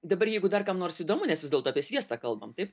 dabar jeigu dar kam nors įdomu nes vis dėlto apie sviestą kalbam taip